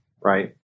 right